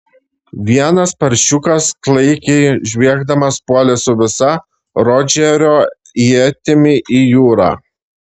vienas paršiukas klaikiai žviegdamas puolė su visa rodžerio ietimi į jūrą